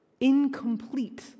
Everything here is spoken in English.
Incomplete